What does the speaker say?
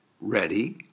Ready